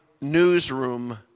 newsroom